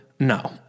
No